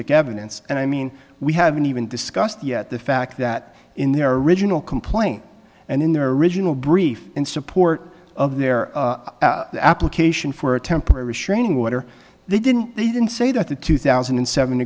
evidence and i mean we haven't even discussed yet the fact that in their original complaint and in their original brief in support of their application for a temporary restraining order they didn't they didn't say that the two thousand and seven